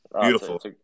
Beautiful